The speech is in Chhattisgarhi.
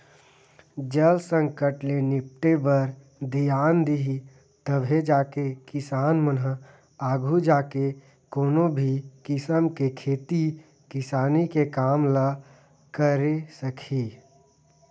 जल संकट ले निपटे बर धियान दिही तभे जाके किसान मन ह आघू जाके कोनो भी किसम के खेती किसानी के काम ल करे सकही